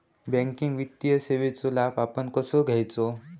Banking वित्तीय सेवाचो लाभ आपण कसो घेयाचो?